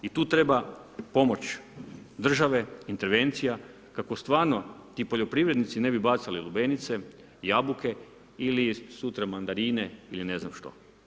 I tu treba pomoć države, intervencija kako stvarno ti poljoprivrednici ne bi bacili lubenice, jabuke ili sutra mandarine ili ne znam što.